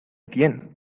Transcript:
cien